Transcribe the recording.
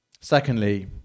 Secondly